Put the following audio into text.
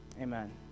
Amen